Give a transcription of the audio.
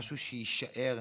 משהו שיישאר,